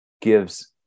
gives